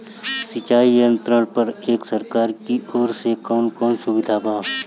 सिंचाई यंत्रन पर एक सरकार की ओर से कवन कवन सुविधा बा?